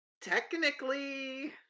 technically